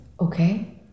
Okay